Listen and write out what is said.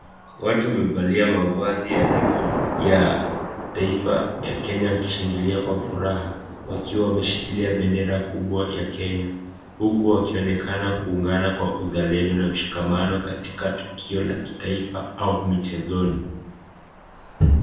Watu wamevalia mavazi ya rangi ya taifa la Kenya wakishangilia kwa furaha wakiwa wameshikilia bendera kubwa ya Kenya huku wakionekana kuungana kwa uzalendo na mshikamano katika tukio la taifa au michezoni.